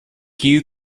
queue